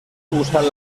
usan